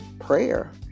prayer